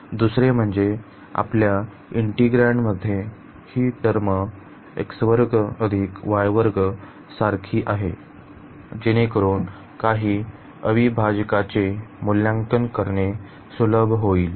दुसरे म्हणजे येथे आपल्या इंटीग्रँड मध्ये ही टर्म सारखी आहे जेणेकरून काही अविभाजकाचे मूल्यांकन करणे सुलभ करेल